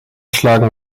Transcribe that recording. schlagen